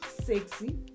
sexy